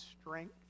strength